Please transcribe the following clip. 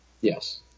Yes